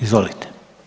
Izvolite.